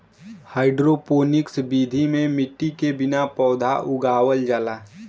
hydroponics विधि में मट्टी के बिना पौधा उगावल जाला